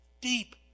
Deep